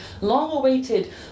long-awaited